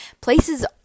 places